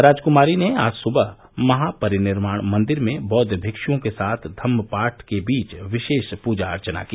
राजकूमारी ने आज सुबह महापरिनिर्वाण मंदिर में बौद्व भिक्षुओं के साथ धम्म पाठ के बीच विशेष पूजा अर्चना की